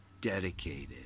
dedicated